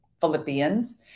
Philippians